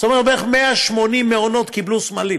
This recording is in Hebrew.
זאת אומרת בערך 180 מעונות קיבלו סמלים